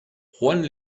juan